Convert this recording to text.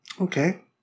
Okay